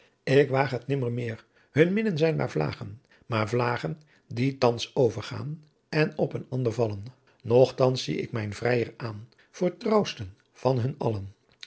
ik waag het nemmermeer hunn minnen zijn maar vlaagen maar vlaagen die thans overgaan en op een ander vallen nochtans zie ik mijn vrijer aan voor trouwsten van hun allen